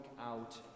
out